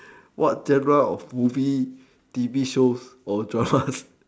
what genre of movie T_V shows or drama